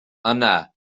yna